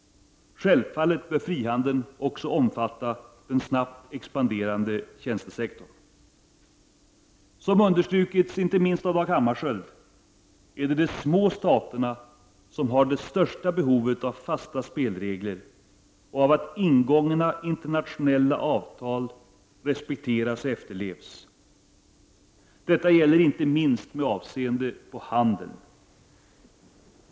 Självfallet bör frihandeln också omfatta den snabbt expanderande tjänstesektorn. Som understrukits, inte minst av Dag Hammarskjöld, är det de små staterna som har det största behovet av fasta spelregler och av att ingångna internationella avtal respekteras och efterlevs. Detta gäller inte minst med avseende på handeln.